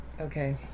Okay